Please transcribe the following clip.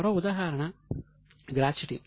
మరో ఉదాహరణ గ్రాట్యుటీ